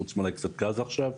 חוץ מאולי קצת גז עכשיו,